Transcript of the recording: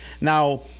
Now